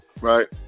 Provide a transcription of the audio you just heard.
right